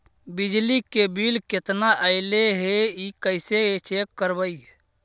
बिजली के बिल केतना ऐले हे इ कैसे चेक करबइ?